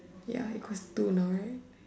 ya it cost two night